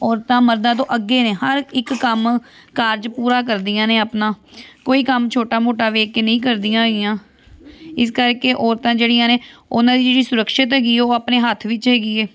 ਔਰਤਾਂ ਮਰਦਾਂ ਤੋਂ ਅੱਗੇ ਨੇ ਹਰ ਇੱਕ ਕੰਮ ਕਾਰਜ ਪੂਰਾ ਕਰਦੀਆਂ ਨੇ ਆਪਣਾ ਕੋਈ ਕੰਮ ਛੋਟਾ ਮੋਟਾ ਵੇਖ ਕੇ ਨਹੀਂ ਕਰਦੀਆਂ ਹੈਗੀਆਂ ਇਸ ਕਰਕੇ ਔਰਤਾਂ ਜਿਹੜੀਆਂ ਨੇ ਉਹਨਾਂ ਦੀ ਜਿਹੜੀ ਸੁਰਕਸ਼ਿਤ ਹੈਗੀ ਉਹ ਆਪਣੇ ਹੱਥ ਵਿੱਚ ਹੈਗੀ ਏ